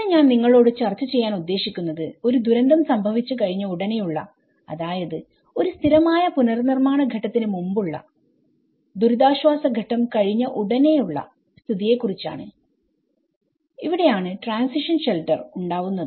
ഇന്ന് ഞാൻ നിങ്ങളോട് ചർച്ച ചെയ്യാൻ ഉദ്ദേശിക്കുന്നത് ഒരു ദുരന്തം സംഭവിച്ച കഴിഞ്ഞ ഉടനെയുള്ള അതായത് ഒരു സ്ഥിരമായ പുനർനിർമ്മാണ ഘട്ടത്തിന് മുമ്പുള്ള ദുരിതാശ്വാസ ഘട്ടം കഴിഞ്ഞ ഉടനെയുള്ള സ്ഥിതിയെ കുറിച്ചാണ്ഇവിടെയാണ് ട്രാൻസിഷൻ ഷെൽട്ടർ ഉണ്ടാവുന്നത്